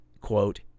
quote